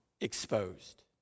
Exposed